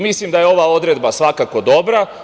Mislim da je ova odredba svakako dobra.